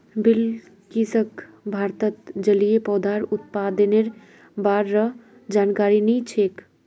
बिलकिसक भारतत जलिय पौधार उत्पादनेर बा र जानकारी नी छेक